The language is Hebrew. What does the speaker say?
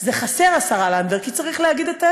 זה חסר, השרה לנדבר, כי צריך להגיד את האמת,